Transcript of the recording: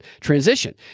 transition